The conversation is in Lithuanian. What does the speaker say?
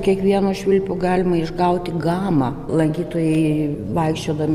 kiekvienu švilpiu galima išgauti gamą lankytojai vaikščiodami